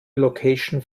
location